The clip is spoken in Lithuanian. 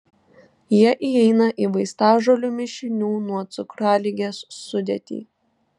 jie įeina į vaistažolių mišinių nuo cukraligės sudėtį